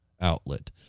outlet